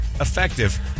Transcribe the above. Effective